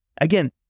Again